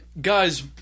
guys